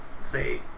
say